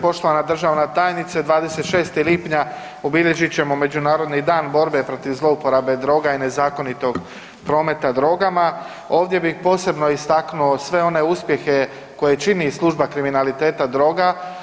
Poštovana državna tajnice, 26. lipnja obilježit ćemo Međunarodni dan borbe protiv zlouporabe droga i nezakonitog prometa drogama, ovdje bih posebno istaknuo sve one uspjehe koje čini služba kriminaliteta droga.